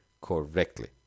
correctly